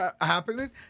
happening